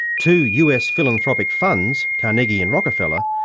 two us philanthropic funds, carnegie and rockefeller,